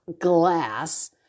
glass